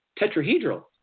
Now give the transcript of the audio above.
tetrahedral